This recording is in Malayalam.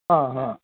ആ ഹാ